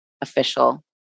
official